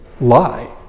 lie